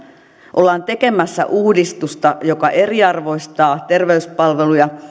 ollaan tekemässä uudistusta joka eriarvoistaa terveyspalveluja